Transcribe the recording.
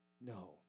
No